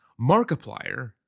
Markiplier